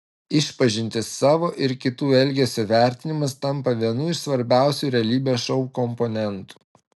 išpažintis savo ir kitų elgesio vertinimas tampa vienu iš svarbiausių realybės šou komponentų